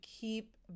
keep